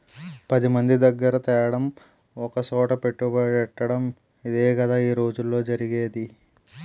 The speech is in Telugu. పదిమంది దగ్గిర తేడం ఒకసోట పెట్టుబడెట్టటడం ఇదేగదా ఈ రోజుల్లో జరిగేది